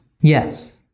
yes